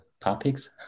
topics